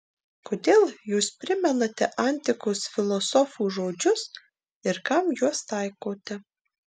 kodėl jūs primenate antikos filosofų žodžius ir kam juos taikote